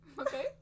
okay